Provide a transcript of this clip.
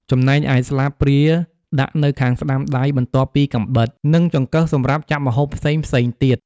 ចំណែកឯស្លាបព្រាដាក់នៅខាងស្តាំដៃបន្ទាប់ពីកាំបិត និងចង្កឹះសម្រាប់ចាប់ម្ហូបផ្សេងៗទៀត។